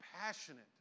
passionate